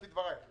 לפי דבריך.